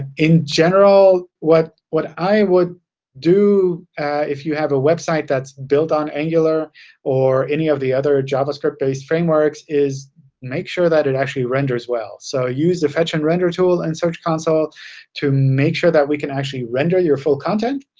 in general, what what i would do if you have a website that's built on angular or any of the other javascript-based frameworks is make sure that it actually renders well. so use the fetch and render tool in and search console to make sure that we can actually render your full content.